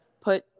put